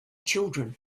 children